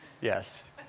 Yes